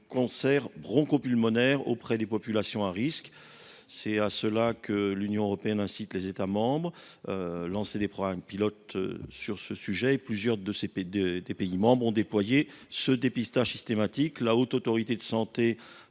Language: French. cancer broncho pulmonaire auprès des populations à risque. L’Union européenne incite les États membres à lancer des programmes pilotes sur ce sujet ; plusieurs pays européens ont d’ores et déjà déployé ce dépistage systématique. La Haute Autorité de santé